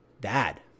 dad